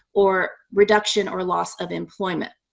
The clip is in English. or reduction or loss of employment.